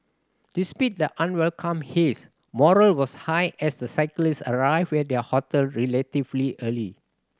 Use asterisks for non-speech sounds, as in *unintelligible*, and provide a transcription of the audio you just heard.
*unintelligible* the unwelcome haze morale was high as the cyclists arrived at their hotel relatively early